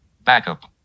backup